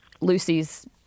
Lucy's